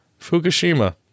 Fukushima